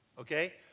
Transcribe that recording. Okay